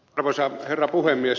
arvoisa herra puhemies